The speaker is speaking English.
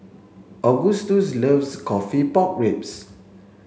Agustus loves coffee pork ribs